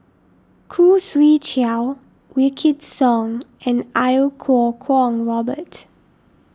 Khoo Swee Chiow Wykidd Song and Iau Kuo Kwong Robert